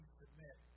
submit